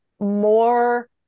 more